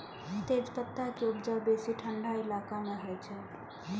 तेजपत्ता के उपजा बेसी ठंढा इलाका मे होइ छै